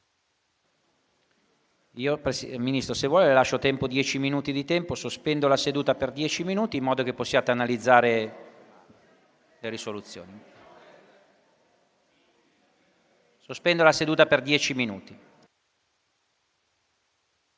Sospendo la seduta per dieci minuti,